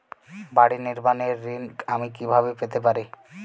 বাড়ি নির্মাণের ঋণ আমি কিভাবে পেতে পারি?